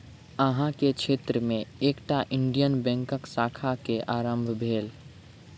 अहाँ के क्षेत्र में एकटा इंडियन बैंकक शाखा के आरम्भ भेल